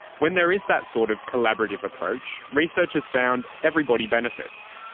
when there is that sort of collaborative approach, research has found everybody benefits.